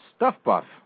StuffBuff